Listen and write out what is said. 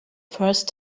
first